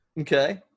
Okay